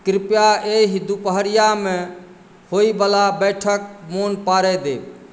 कृपया एहि दुपहरियामे होइवला बैठक मोन पारि देब